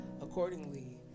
Accordingly